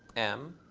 m,